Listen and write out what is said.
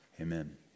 amen